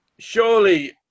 Surely